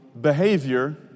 behavior